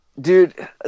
dude